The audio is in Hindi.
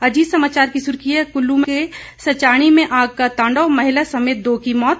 अजीत समाचार की सुर्खी है कुल्लू के सचाणी में आग का तांडव महिला सहित दो की मौत